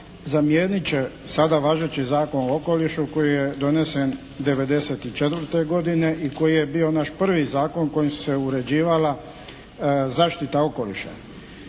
zamijenit će sada važeći Zakon o okolišu koji je donesen '94. godine i koji je bio naš prvi zakon kojim se uređivala zaštita okoliša.